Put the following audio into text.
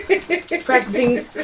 Practicing